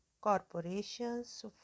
corporations